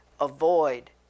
avoid